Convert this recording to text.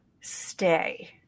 stay